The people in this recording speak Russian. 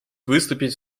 выступить